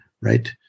right